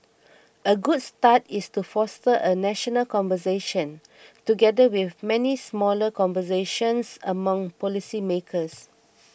a good start is to foster a national conversation together with many smaller conversations among policy makers